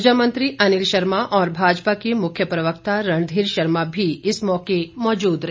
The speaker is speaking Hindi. उर्जा मंत्री अनिल शर्मा और भाजपा के मुख्य प्रवक्ता रणधीर शर्मा भी इस मौके मौजूद रहे